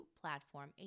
platform